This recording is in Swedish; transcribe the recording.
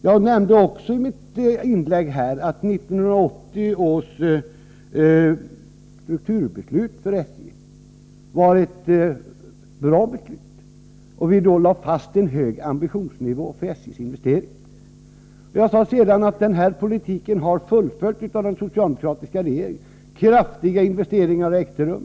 Jag nämnde också i mitt inlägg att 1980 års strukturbeslut för SJ var ett bra beslut. Då lade vi fast en hög ambitionsnivå för SJ:s investeringar. Sedan sade jag att den politiken har fullföljts av den socialdemokratiska regeringen. Kraftiga investeringar har ägt rum.